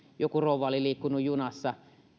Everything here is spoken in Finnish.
joku rouva oli liikkunut junassa